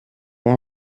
wer